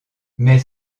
mais